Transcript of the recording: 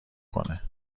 کنه